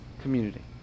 community